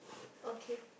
okay